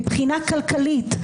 מבחינה כלכלית.